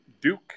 Duke